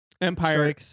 Empire